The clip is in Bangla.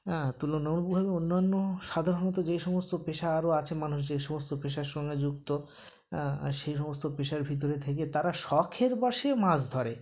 হ্যাঁ তুলনামূলকভাবে অন্যান্য সাধারণত যে সমস্ত পেশা আরও আছে মানুষ যে সমস্ত পেশার সঙ্গে যুক্ত সেই সমস্ত পেশার ভিতরে থেকে তারা শখের বশে মাছ ধরে